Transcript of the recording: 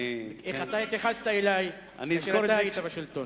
ואיך אתה התייחסת אלי כשאתה היית בשלטון.